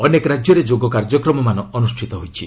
ଅନେକ ରାଜ୍ୟରେ ଯୋଗ କାର୍ଯ୍ୟକ୍ରମମାନ ଅନୁଷ୍ଠିତ ହୋଇଛି